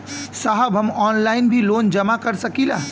साहब हम ऑनलाइन भी लोन जमा कर सकीला?